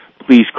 please